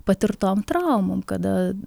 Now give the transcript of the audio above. patirtom traumom kada